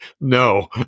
No